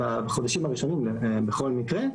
בחודשים הראשונים בכל מקרה,